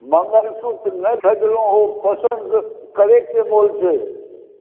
मङ्गलसुत्र नहि भेजलहुँ ओ पसन्द करैके होइ छै